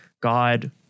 God